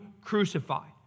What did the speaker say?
crucified